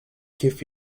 give